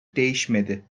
değişmedi